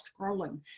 scrolling